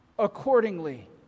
accordingly